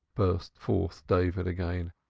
burst forth david again.